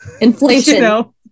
Inflation